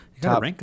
top